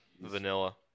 vanilla